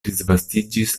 disvastiĝis